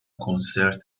کنسرت